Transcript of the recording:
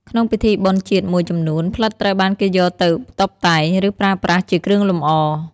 ក្នុងពិធីបុណ្យជាតិមួយចំនួន ផ្លិតត្រូវបានគេយកទៅតុបតែង ឬប្រើប្រាស់ជាគ្រឿងលម្អ។